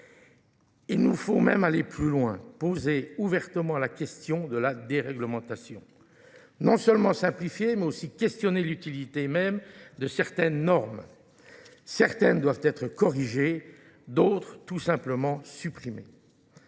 Il nous faut même aller plus loin, poser ouvertement la question de la dérèglementation. Non seulement simplifier, mais aussi questionner l'utilité même de certaines normes. Certaines doivent être corrigées, d'autres tout simplement supprimées.